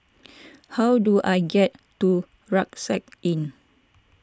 how do I get to Rucksack Inn